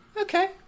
Okay